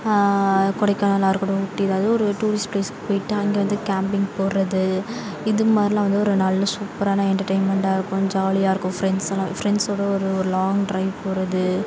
கொடைக்கானலாக இருக்கட்டும் ஊட்டி ஏதாவது ஒரு டூரிஸ்ட் ப்ளேஸ்க்கு போய்விட்டு அங்கே வந்து கேம்பிங் போடுறது இது மாதிரிலாம் வந்து ஒரு நல்ல சூப்பரான எண்டர்டெய்ன்மெண்ட்டாக இருக்கும் ஜாலியாக இருக்கும் ஃப்ரெண்ட்ஸ் எல்லாம் ஃப்ரெண்ட்ஸோடு ஒரு ஒரு லாங் டிரைவ் போவது